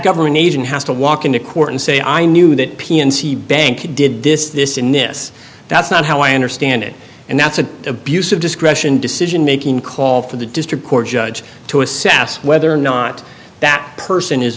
government agent has to walk into court and say i knew that p and c bank did this this in this that's not how i understand it and that's an abuse of discretion decision making call for the district court judge to assess whether or not that person is